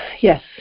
Yes